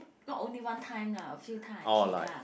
not only one time lah a few time I keep lah